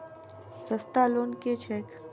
सस्ता लोन केँ छैक